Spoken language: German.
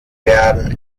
werden